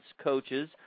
coaches